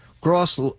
Gross